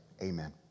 amen